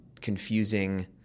confusing